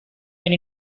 been